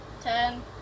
ten